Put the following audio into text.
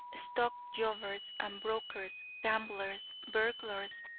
stock jobbers, and brokers, gamblers, burglars,